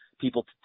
people